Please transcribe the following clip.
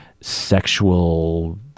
sexual